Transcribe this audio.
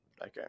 Okay